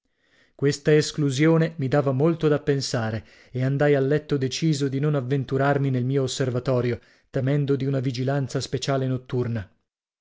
questa esclusione mi dava molto da pensare e andai a letto deciso di non avventurarmi nel mio osservatorio temendo di una vigilanza speciale notturna